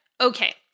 Okay